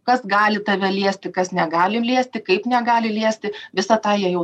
kas gali tave liesti kas negali liesti kaip negali liesti visą tą jie jau